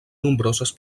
nombroses